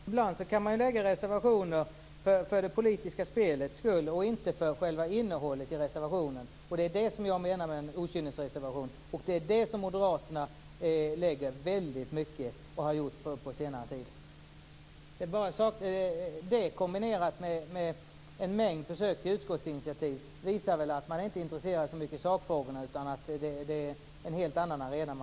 Herr talman! Ibland kan man lägga fram reservationer för det politiska spelets skull och inte för själva innehållet. Det är det som jag menar med en okynnesreservation. Moderaterna har lagt fram väldigt många sådana under senare tid. Detta, kombinerat med en mängd försök att ta utskottsinitiativ, visar att man inte är så intresserad av sakfrågorna utan vill agera på en helt annan arena.